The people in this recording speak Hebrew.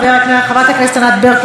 חברת הכנסת ענת ברקו,